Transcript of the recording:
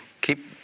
keep